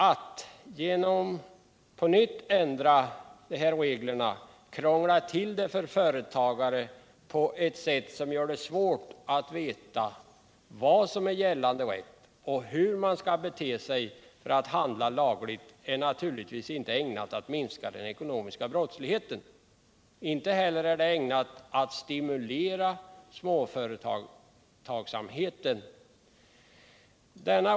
Att genom på nytt ändrade regler krångla till det för företagare på ett sätt som gör att det är svårt att veta vad som är gällande rätt och hur man skall bete sig för att handla lagligt är naturligtvis inte ägnat att minska den ekonomiska brottsligheten. Inte heller är det ägnat att stimulera småföretagsamheten.